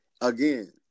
again